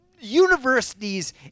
universities